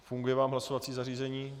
Funguje vám hlasovací zařízení?